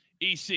EC